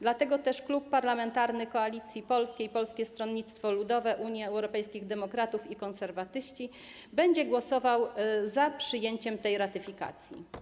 Dlatego też Klub Parlamentarny Koalicja Polska - Polskie Stronnictwo Ludowe, Unia Europejskich Demokratów, Konserwatyści będzie głosował za przyjęciem tej ratyfikacji.